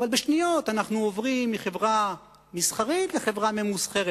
אבל תוך שניות אנחנו עוברים מחברה מסחרית לחברה ממוסחרת.